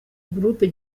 group